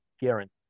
Guarantee